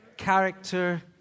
character